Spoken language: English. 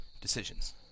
decisions